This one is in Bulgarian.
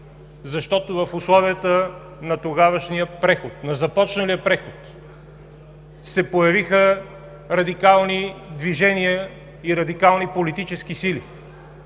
защото в условията на започналия преход се появиха радикални движения и радикални политически сили,